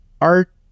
Art